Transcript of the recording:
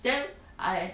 then I